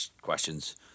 questions